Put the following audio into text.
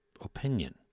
opinion